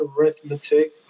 arithmetic